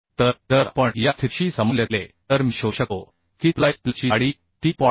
तर जर आपण या स्थितीशी समतुल्य केले तर मी शोधू शकतो की स्प्लाईस प्लेटचीजाडी 3